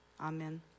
Amen